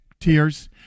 Tears